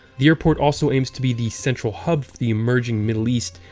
the airport also hopes to be the central hub for the emerging middle east,